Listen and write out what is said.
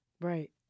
Right